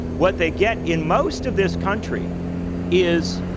what they get in most of this country is